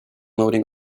loading